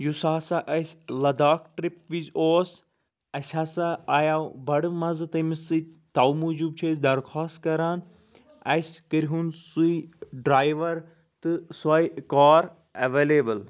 یُس ہسا اسہِ لداخ ٹرٕپ وِزِ اوس اسہِ ہسا آیاو بڑٕ مزٕ تٔمس سۭتۍ توٕ موُجوٗب چھِ أسۍ درخاست کران اسہِ کرِہُن سُے ڈرایوَر تہٕ سۄے کار اٮ۪وَیلیبٕل